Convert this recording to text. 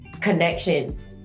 connections